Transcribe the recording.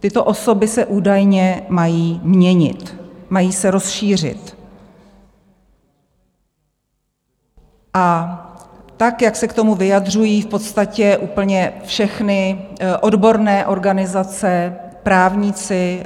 Tyto osoby se údajně mají měnit, mají se rozšířit, a tak, jak se k tomu vyjadřují v podstatě úplně všechny odborné organizace, právníci,